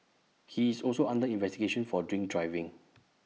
he is also under investigation for drink driving